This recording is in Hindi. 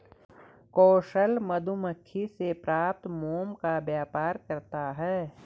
कौशल मधुमक्खी से प्राप्त मोम का व्यापार करता है